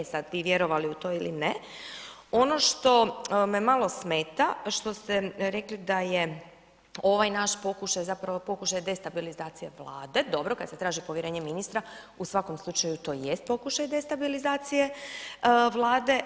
E sad, vi vjerovali u to ili ne, ono što me malo smeta što ste rekli da je ovaj naš pokušaj zapravo pokušaj destabilizacije Vlade, dobro kad se traži povjerenje ministra u svakom slučaju to jest pokušaj destabilizacije Vlade.